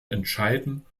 entscheiden